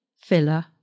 filler